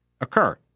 occur